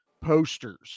posters